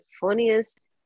funniest